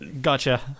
gotcha